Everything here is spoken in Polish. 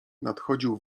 nadchodził